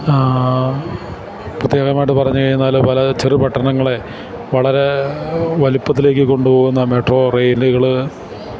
പ്രത്യേകമായിട്ട് പറഞ്ഞുകഴിഞ്ഞാല് പല ചെറുപട്ടണങ്ങളെ വളരെ വലിപ്പത്തിലേക്ക് കൊണ്ടുപോകുന്ന മെട്രോ റെയിലുകള്